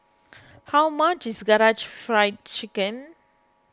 how much is Karaage Fried Chicken